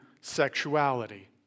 sexuality